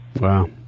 Wow